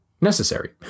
necessary